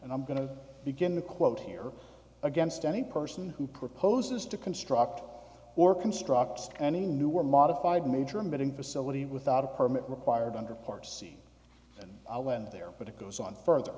and i'm going to begin a quote here against any person who proposes to construct or construct any new or modified major emitting facility without a permit required under part c and i went there but it goes on further